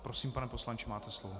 Prosím, pane poslanče, máte slovo.